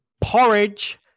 porridge